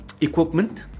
equipment